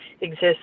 exists